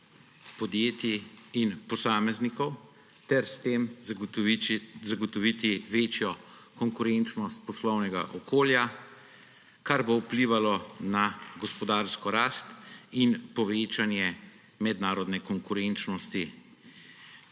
podjetij in posameznikov ter s tem zagotoviti večjo konkurenčnost poslovnega okolja, kar bo vplivalo na gospodarsko rast in povečanje mednarodne konkurenčnosti.